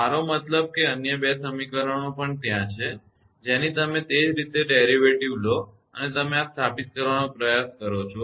મારો મતલબ કે અન્ય 2 સમીકરણો પણ ત્યાં છે જેની તમે તે જ રીતે ડેરિવેટિવ લો છો અને તમે આ સ્થાપિત કરવાનો પ્રયાસ કરો છો